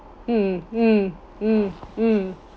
mm mm mm mm